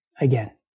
Again